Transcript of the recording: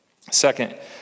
Second